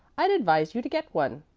i'd advise you to get one.